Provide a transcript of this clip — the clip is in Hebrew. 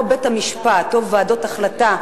או בית-המשפט או ועדות החלטה,